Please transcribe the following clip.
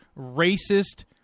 racist